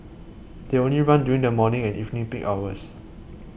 they only run during the morning and evening peak hours